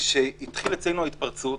כשהתחילה אצלנו ההתפרצות,